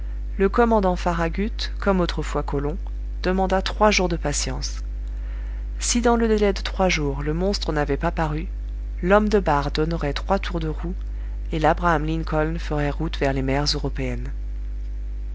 le commandant farragut comme autrefois colomb demanda trois jours de patience si dans le délai de trois jours le monstre n'avait pas paru l'homme de barre donnerait trois tours de roue et labraham lincoln ferait route vers les mers européennes